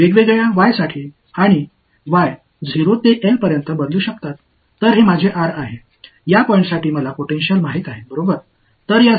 வெவ்வேறு y மற்றும் y க்கு 0 முதல் L வரை மாறுபடும் எனவே இது எனது r இந்த புள்ளிகளுக்கு எனக்கு பொடன்டியல் தெரியும்